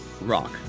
rock